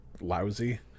lousy